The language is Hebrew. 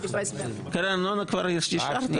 את קרן הארנונה כבר אישרתם.